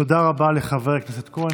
תודה רבה לחבר הכנסת כהן.